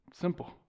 Simple